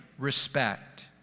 respect